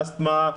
אסטמה,